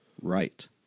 right